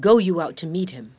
go you out to meet him